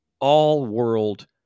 all-world